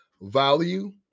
value